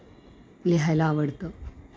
लिहायला आवडतं